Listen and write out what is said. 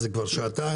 זה כבר שעתיים.